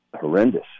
horrendous